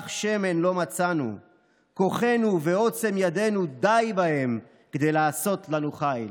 פך שמן לא מצאנו"; כוחנו ועוצם ידנו די בהם לעשות לנו חיל.